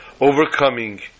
overcoming